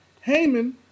Haman